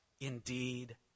indeed